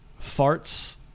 farts